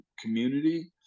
community